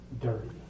dirty